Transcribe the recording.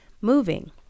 moving